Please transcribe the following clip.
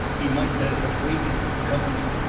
he might better have waited for company.